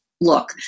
look